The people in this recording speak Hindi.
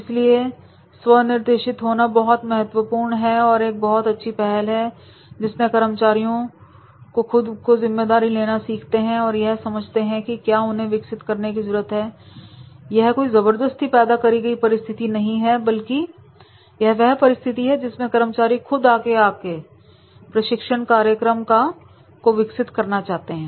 इसलिए स्वनिर्देशित होना बहुत महत्वपूर्ण है और एक बहुत अच्छी पहल है जिसने कर्मचारी खुद अपनी जिम्मेदारी लेना सीखते हैं और यह समझते हैं कि उन्हें क्या विकसित करने की जरूरत है यह कोई जबरदस्ती पैदा करी गई परिस्थिति नहीं है बल्कि यह वह परिस्थिति है जिसमें कर्मचारी खुद आगे आकर प्रशिक्षण कार्यक्रम को विकसित करना चाहते हैं